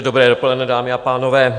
Dobré dopoledne, dámy a pánové.